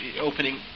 opening